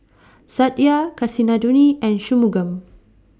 Satya Kasinadhuni and Shunmugam